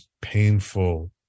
painful